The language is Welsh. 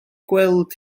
gweld